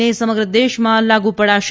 ને સમગ્ર દેશમાં લાગુ પડાશે